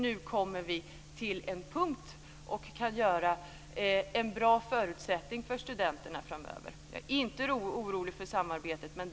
Nu kommer vi fram till en punkt då vi kan ge bra förutsättningar för studenterna framöver. Jag är inte orolig för samarbetet.